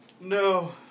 No